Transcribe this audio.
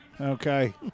Okay